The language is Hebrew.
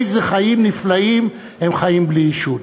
איזה חיים נפלאים הם חיים בלי עישון.